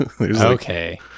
Okay